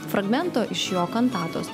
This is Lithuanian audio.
fragmento iš jo kantatos